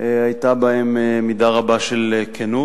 היתה בהם מידה רבה של כנות,